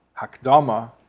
Hakdama